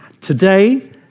Today